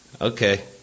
okay